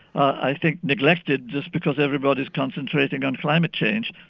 i think, neglected just because everybody is concentrating on climate change,